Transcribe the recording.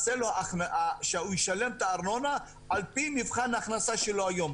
שהוא ישלם את הארנונה על פי מבחן ההכנסה שלו היום.